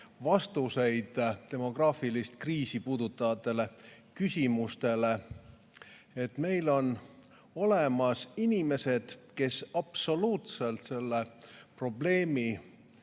vastuseid demograafilist kriisi puudutavatele küsimustele, et meil on olemas inimesed, kes probleemi